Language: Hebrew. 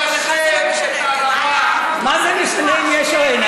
לך זה לא משנה, כי, מה זה משנה אם יש או אין?